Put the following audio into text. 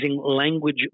language